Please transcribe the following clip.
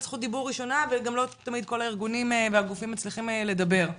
זכות דיבור ראשונה וגם לא תמיד על הארגונים והגופים מצליחים לדבר,